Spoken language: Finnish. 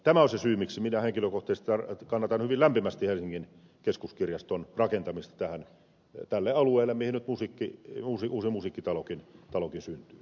tämä on se syy miksi minä henkilökohtaisesti kannatan hyvin lämpimästi helsingin keskuskirjaston rakentamista tälle alueelle mihin nyt uusi musiikkitalokin syntyy